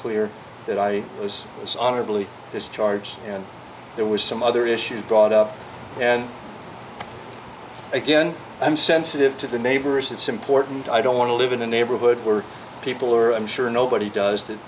clear that i was was honorably discharged and there was some other issues brought up and again i'm sensitive to the neighbors it's important i don't want to live in a neighborhood where people are i'm sure nobody does that